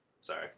Sorry